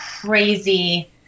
crazy